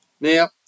Now